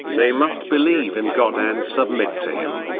they must believe in god and submit to him,